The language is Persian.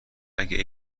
اگه